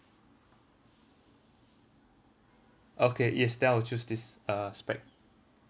okay yes then I will choose this uh spec